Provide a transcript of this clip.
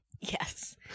Yes